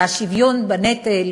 והשוויון בנטל